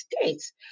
States